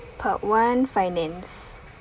part one finance